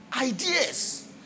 ideas